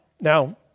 Now